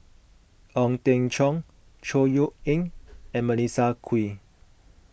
Ong Teng Cheong Chor Yeok Eng and Melissa Kwee